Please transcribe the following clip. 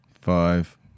Five